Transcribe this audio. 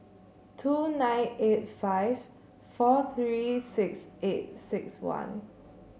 two nine eight five four three six eight six one